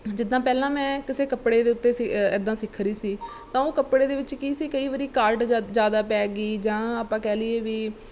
ਜਿੱਦਾਂ ਪਹਿਲਾਂ ਮੈਂ ਕਿਸੇ ਕੱਪੜੇ ਦੇ ਉੱਤੇ ਸੀ ਇੱਦਾਂ ਸਿਖ ਰਾਹੀ ਸੀ ਤਾਂ ਉਹ ਕੱਪੜੇ ਦੇ ਵਿੱਚ ਕੀ ਸੀ ਕਈ ਵਾਰੀ ਕਾਰਡ ਜ ਜ਼ਿਆਦਾ ਪੈ ਗਈ ਜਾਂ ਆਪਾਂ ਕਹਿ ਲਈਏ ਵੀ